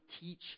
teach